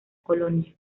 colonia